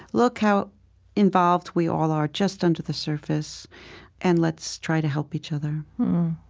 look how involved we all are just under the surface and let's try to help each other.